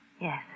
Yes